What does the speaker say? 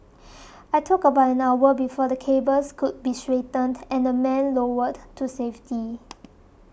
it took about an hour before the cables could be straightened and the men lowered to safety